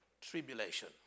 tribulation